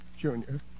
Junior